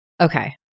Okay